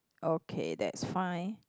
okay that's fine